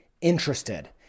interested